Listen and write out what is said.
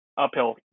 uphill